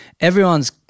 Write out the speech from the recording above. everyone's